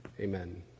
Amen